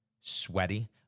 sweaty